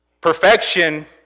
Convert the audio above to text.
Perfection